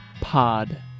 Pod